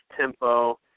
tempo